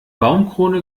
baumkrone